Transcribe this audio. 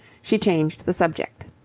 she changed the subject.